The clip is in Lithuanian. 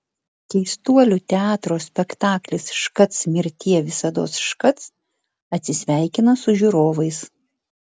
keistuolių teatro spektaklis škac mirtie visados škac atsisveikina su žiūrovais